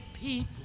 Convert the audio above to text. people